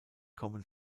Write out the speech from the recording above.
kommen